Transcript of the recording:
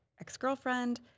ex-girlfriend